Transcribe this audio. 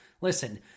Listen